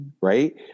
right